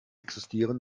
existieren